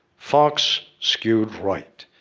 fox skewed right.